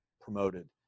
promoted